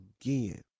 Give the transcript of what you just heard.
again